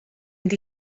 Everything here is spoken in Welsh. mynd